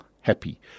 happy